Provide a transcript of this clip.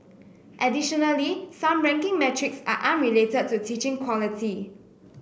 additionally some ranking metrics are unrelated to teaching quality